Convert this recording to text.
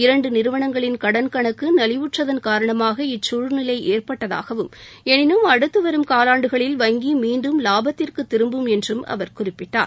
இரண்டு நிறுவனங்களின் கடன் கணக்கு நலிவுற்றதன் காரணமாக இச்சூழ்நிலை ஏற்பட்டதாகவும் எளிலும் அடுத்து வரும் காலாண்டுகளில் வங்கி மீண்டும் வாபத்திற்கு திரும்பும் என்றும் அவர் குறிப்பிட்டார்